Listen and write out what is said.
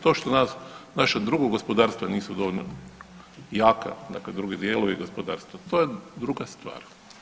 To što naša druga gospodarstva nisu dovoljno jaka, dakle drugi dijelovi gospodarstva to je druga stvar.